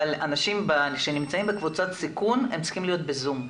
אבל אנשים שנמצאים בקבוצות סיכון צריכים להיות בזום.